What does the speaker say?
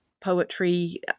poetry